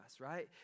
right